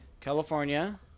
California